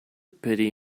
pity